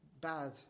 bad